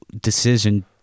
Decision